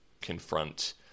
confront